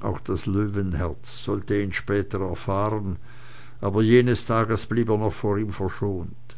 auch das löwenherz sollte ihn später erfahren aber jenes tages blieb er noch vor ihm verschont